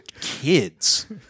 kids